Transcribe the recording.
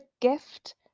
gift